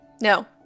No